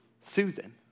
Susan